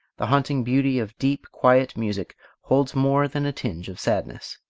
the haunting beauty of deep, quiet music holds more than a tinge of sadness.